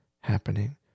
happening